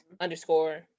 underscore